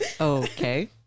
Okay